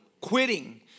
quitting